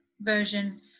version